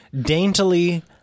daintily